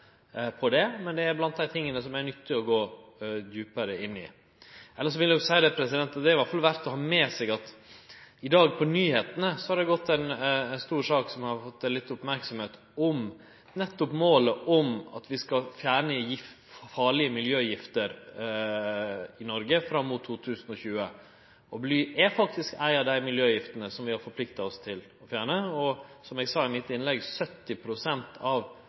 på det, men det er blant dei tinga det er nyttig å gå djupare inn i. Elles vil eg seie at det er verdt å ha med seg at det på nyheitene i dag har gått ei stor sak som har fått litt merksemd, om nettopp målet om at vi skal fjerne farlege miljøgifter i Noreg innan 2020. Bly er ei av dei miljøgiftene som vi har forplikta oss til å fjerne, og som eg sa i mitt innlegg: 70 pst. av